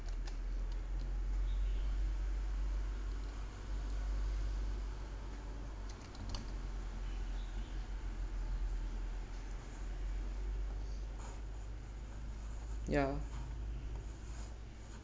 ya